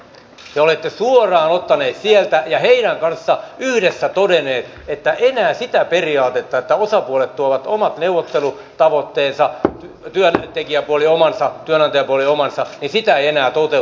te olette suoraan ottaneet sieltä ja heidän kanssaan yhdessä todenneet että enää sitä periaatetta että osapuolet tuovat omat neuvottelutavoitteensa työntekijäpuoli omansa työnantajapuoli omansa ei toteuteta